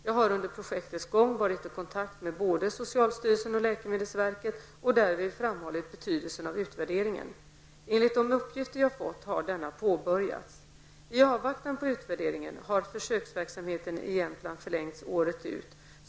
Jag har under projektets gång varit i kontakt med både socialstyrelsen och läkemedelsverket och därvid framhållit betydelsen av utvärderingen. Enligt de uppgifter jag fått har denna påbörjats. I avvaktan på utvärderingen har försöksverksamheten i Jämtland förlängts året ut.